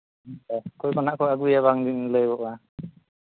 ᱚᱠᱚᱭ ᱠᱚ ᱦᱟᱸᱜ ᱠᱚ ᱟᱹᱜᱩᱭᱟ ᱵᱟᱝ ᱞᱟᱹᱭᱟᱹᱜᱼᱟ